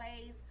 ways